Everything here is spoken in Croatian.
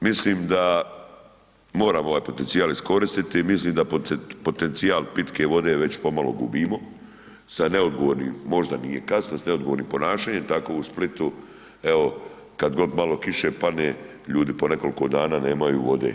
Mislim da moramo ovaj potencijal iskoristiti, mislim da potencijal pitke vode već pomalo gubimo sa neodgovornim, možda nije kasno, sa neodgovornim ponašanjem, tako u Splitu evo, kad god malo kiše padne, ljudi po nekoliko dana nemaju vode.